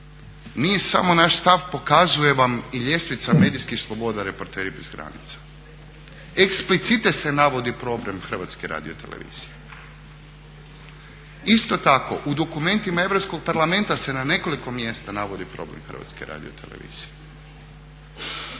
nije samo naš stav pokazuje vam i ljestvica medijskih sloboda Reporteri bez granica. Eksplicite se navodi problem Hrvatske radiotelevizije. Isto tako u dokumentima Europskog parlamenta na nekoliko mjesta navodi problem Hrvatske radiotelevizije.